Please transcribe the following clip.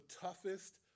toughest